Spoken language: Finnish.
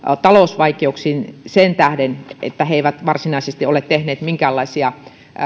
talousvaikeuksiin sen tähden että ne eivät varsinaisesti ole tehneet minkäänlaisia